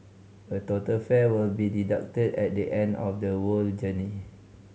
a total fare will be deducted at the end of the whole journey